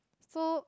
so